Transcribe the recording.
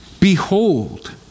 Behold